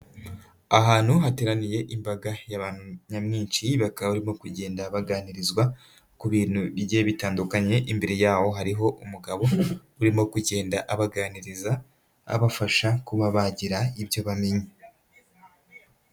Ahantu hateraniye imbaga y'abantu nyamwinshi bakaba barimo kugenda baganirizwa ku bintu bigiye bitandukanye, imbere yaho hariho umugabo urimo kugenda abaganiriza abafasha kuba bagira ibyo bamenya.